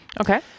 Okay